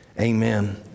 Amen